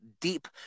deep